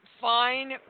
fine